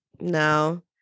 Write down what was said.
no